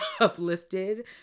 uplifted